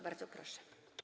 Bardzo proszę.